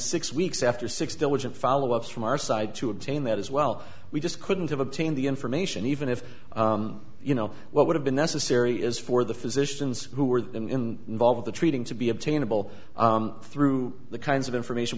weeks after six diligent follow ups from our side to obtain that as well we just couldn't have obtained the information even if you know what would have been necessary is for the physicians who were in involved the treating to be obtainable through the kinds of information